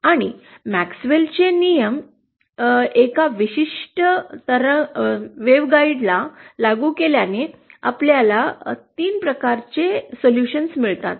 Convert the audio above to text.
आणि मॅक्सवेलचे नियम एका विशिष्ट तरंगगाईडला लागू केल्याने आपल्याला तीन प्रकारचे उपाय मिळतात